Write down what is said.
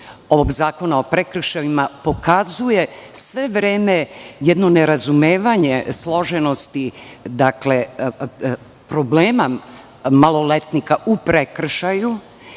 Predlog zakona o prekršajima pokazuje sve vreme jedno nerazumevanje složenosti problema maloletnika u prekršaju